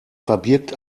verbirgt